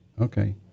Okay